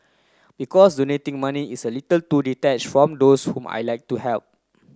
because donating money is a little too detached from those whom I'd like to help